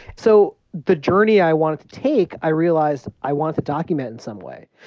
so the journey i wanted to take i realized i wanted to document in some way.